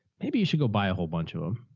maybe you should go buy a whole bunch of them.